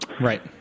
Right